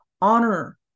Honor